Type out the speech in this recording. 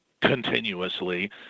continuously